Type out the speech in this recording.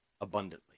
abundantly